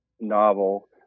novel